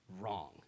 wrong